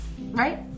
Right